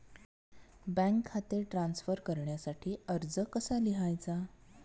Bank खाते transfer करण्यासाठी अर्ज कसा लिहायचा?